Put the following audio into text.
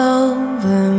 over